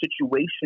situation